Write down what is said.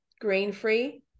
grain-free